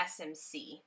SMC